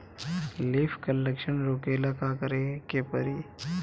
Leaf curl लक्षण रोकेला का करे के परी?